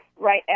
right